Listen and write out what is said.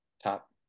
top